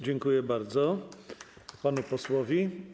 Dziękuję bardzo panu posłowi.